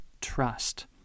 trust